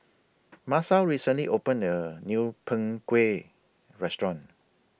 Masao recently opened A New Png Kueh Restaurant